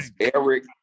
Eric